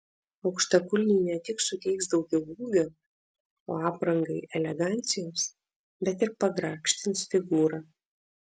aukštakulniai ne tik suteiks daugiau ūgio o aprangai elegancijos bet ir pagrakštins figūrą